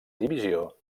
divisió